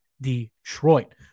Detroit